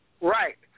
Right